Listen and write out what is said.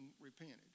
repented